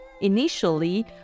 Initially